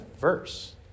verse